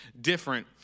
different